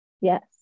yes